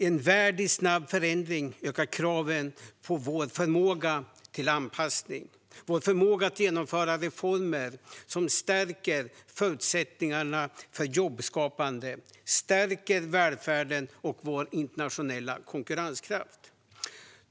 En värld i snabb förändring ökar kraven på vår förmåga till anpassning och vår förmåga att genomföra reformer som stärker förutsättningarna för jobbskapande, välfärden och vår internationella konkurrenskraft.